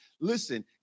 listen